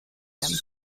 him